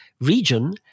region